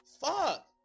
fuck